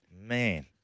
man